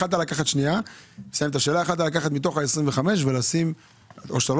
יכולת לקחת מתוך ה-25 ולהעביר אותם או שאתה לא